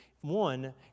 one